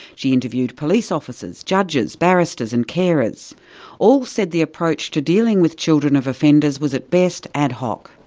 she interviewed police officers, judges, barristers, and carers. all said the approach to dealing with children of offenders was at best, ad hoc.